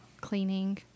cleaning